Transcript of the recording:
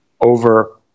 over